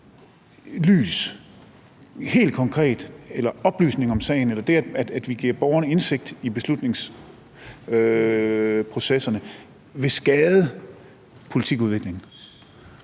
lys helt konkret eller oplysning om sagen eller det, at vi giver borgerne indsigt i beslutningsprocesserne, vil skade politikudviklingen?